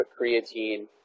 creatine